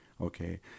okay